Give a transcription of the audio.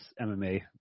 MMA